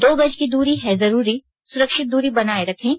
दो गज की दूरी है जरूरी सुरक्षित दूरी बनाए रखें